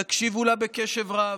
יקשיבו לה בקשב רב,